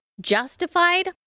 justified